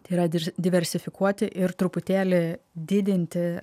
tai yra di diversifikuoti ir truputėlį didinti